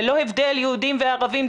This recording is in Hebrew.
ללא הבדל יהודים וערבים,